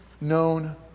known